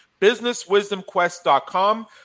businesswisdomquest.com